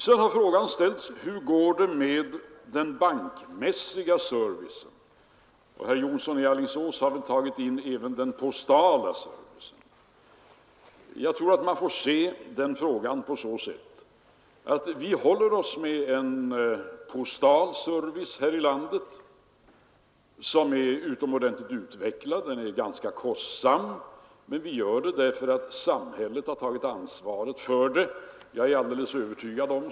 Frågan har ställts: Hur går det med den bankmässiga servicen? Herr Jonsson i Alingsås har även tagit upp frågan om den postala servicen. Vi håller oss med en postal service här i landet vilken är utomordentligt väl utvecklad. Den är ganska kostsam, men denna service är så väl utvecklad därför att samhället har tagit ansvaret för den.